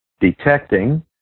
detecting